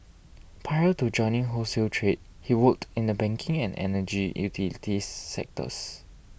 prior to joining wholesale trade he worked in the banking and energy utilities sectors